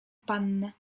pannę